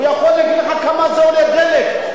יכול להגיד לך כמה עולה דלק.